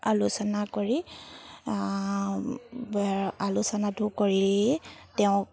আলোচনা কৰি আলোচনাটো কৰি তেওঁক